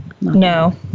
No